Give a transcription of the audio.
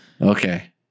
Okay